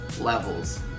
levels